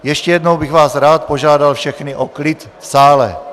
Ještě jednou bych vás rád požádal všechny o klid v sále.